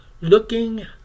looking